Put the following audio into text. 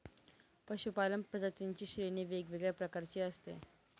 पशूपालन प्रजातींची श्रेणी वेगवेगळ्या प्रकारची असते